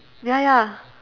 ya ya